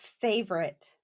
favorite